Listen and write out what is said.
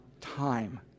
time